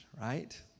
right